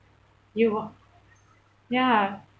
you a~ ya